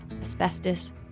asbestos